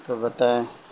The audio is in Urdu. تو بتائیں